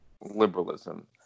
liberalism